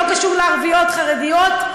לא קשור לערביות או לחרדיות,